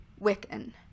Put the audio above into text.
wiccan